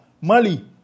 Mali